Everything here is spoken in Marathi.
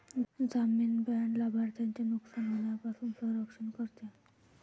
जामीन बाँड लाभार्थ्याचे नुकसान होण्यापासून संरक्षण करते